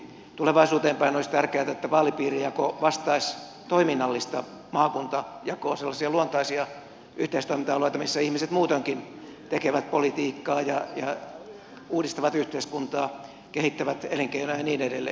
tulevaisuuteen päin olisi tärkeätä että vaalipiirijako vastaisi toiminnallista maakuntajakoa sellaisia luontaisia yhteistoiminta alueita missä ihmiset muutoinkin tekevät politiikkaa ja uudistavat yhteiskuntaa kehittävät elinkeinoja ja niin edelleen